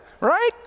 right